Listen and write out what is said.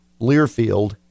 Learfield